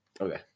Okay